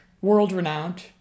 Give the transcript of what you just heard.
world-renowned